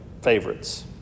favorites